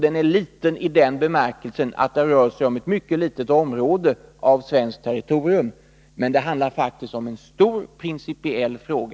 Den är en liten fråga i den bemärkelsen att det rör sig om ett mycket litet område av svenskt territorium. Men det handlar faktiskt om en stor principiell fråga.